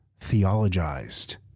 theologized